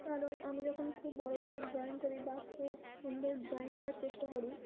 কারণ আমি যখন খুব বড় বড় ড্রয়িং করি বা খুব সুন্দর ড্রয়িং করার চেষ্টা করি